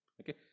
okay